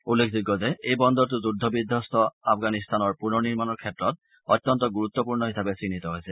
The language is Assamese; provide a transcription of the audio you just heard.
উল্লেখযোগ্য যে এই বন্দৰটো যুদ্ধ বিধবস্ত আফগানিস্তানৰ পূনৰ নিৰ্মাণৰ ক্ষেত্ৰত অত্যন্ত গুৰুত্বপূৰ্ণ হিচাপে চিহ্নিত হৈছে